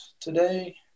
today